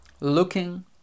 looking